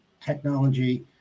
technology